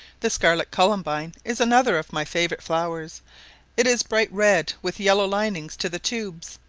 the scarlet columbine is another of my favourite flowers it is bright red, with yellow linings to the tubes.